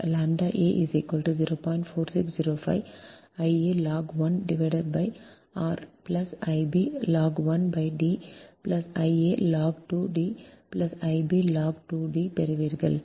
4605 I a log 1 r I b log 1 D I a log 2 D I b log 2 D பெறுவீர்கள்